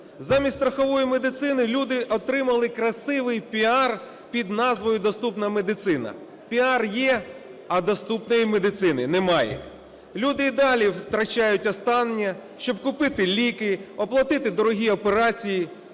Замість страхової медицини люди отримали красивий піар під назвою доступна медицина. Піар є, а доступної медицини немає. Люди і далі втрачають останнє, щоб купити ліки, оплатити дорогі операції,